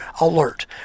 alert